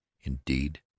indeed